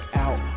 out